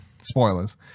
spoilers